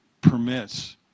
permits